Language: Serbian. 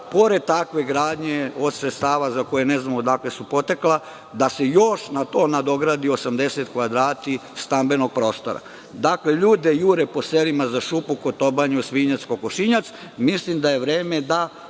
pored takve gradnje od sredstava za koje ne znamo odakle su potekla, da se još na to nadogradi 80 kvadrata stambenog prostora. Ljude jure po selima za šupu, kotobanju, svinjac, kokošinjac. Mislim da je vreme da